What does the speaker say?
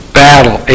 battle